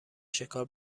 شکار